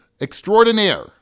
extraordinaire